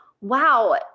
wow